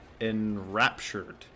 enraptured